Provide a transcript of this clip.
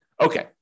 Okay